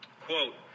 Quote